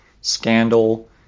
scandal